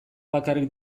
bakarrik